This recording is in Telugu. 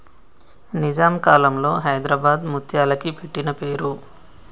నిజాం కాలంలో హైదరాబాద్ ముత్యాలకి పెట్టిన పేరు